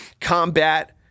combat—